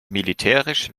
militärisch